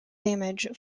damage